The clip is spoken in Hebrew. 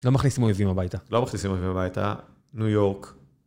לא מכניסים אויבים הביתה. לא מכניסים אויבים הביתה, ניו יורק.